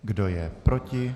Kdo je proti?